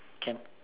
can